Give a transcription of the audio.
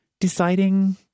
deciding